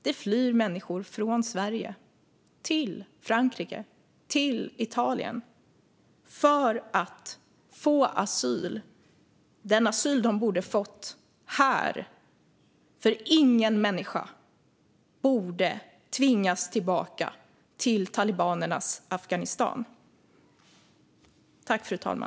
Det flyr människor från Sverige till Frankrike och Italien för att få asyl - den asyl de borde ha fått här, för ingen människa borde tvingas tillbaka till talibanernas Afghanistan.